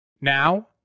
Now